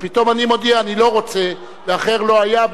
ופתאום אני מודיע: אני לא רוצה, ואחר לא היה.